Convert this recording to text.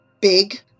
Big